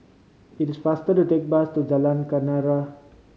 it is faster to take the bus to Jalan Kenarah